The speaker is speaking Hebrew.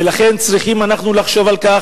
ולכן צריכים אנחנו לחשוב על כך,